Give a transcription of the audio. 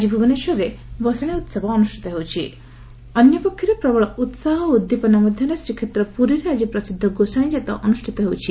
ଆଜି ଭୁବନେଶ୍ୱରରେ ମଧ ଭସାଣୀ ଉହବ ଅନୁଷ୍ଠିତ ହେଉଛି ଅନ୍ୟପକ୍ଷରେ ପ୍ରବଳ ଉସାହ ଓ ଉଦ୍ଦୀପନା ମଧ୍ଧରେ ଶ୍ରୀକ୍ଷେତ୍ର ପୁରୀରେ ଆକି ପ୍ରସିଦ୍ଧ 'ଗୋସାଣୀଯାତ' ଅନୁଷିତ ହେଉଛି